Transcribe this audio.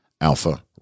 Alpha